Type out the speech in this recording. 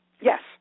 Yes